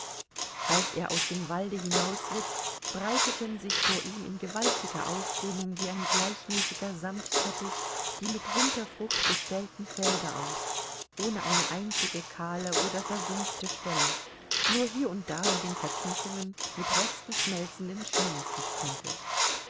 als er aus dem walde hinausritt breiteten sich vor ihm in gewaltiger ausdehnung wie ein gleichmäßiger samtteppich die mit winterfrucht bestellten felder aus ohne eine einzige kahle oder versumpfte stelle nur hier und da in den vertiefungen mit resten schmelzenden schnees gesprenkelt